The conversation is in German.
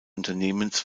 unternehmens